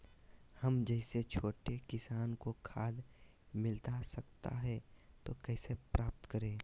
हम जैसे छोटे किसान को खाद मिलता सकता है तो कैसे प्राप्त करें?